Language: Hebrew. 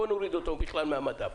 בוא נוריד אותו בכלל מהמדף.